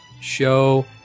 show